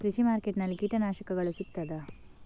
ಕೃಷಿಮಾರ್ಕೆಟ್ ನಲ್ಲಿ ಕೀಟನಾಶಕಗಳು ಸಿಗ್ತದಾ?